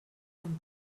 vom